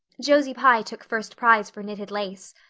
josie pye took first prize for knitted lace.